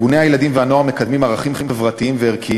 ארגוני הילדים והנוער מקדמים ערכים חברתיים חשובים